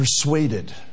persuaded